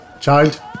Child